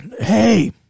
Hey